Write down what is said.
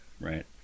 Right